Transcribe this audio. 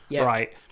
right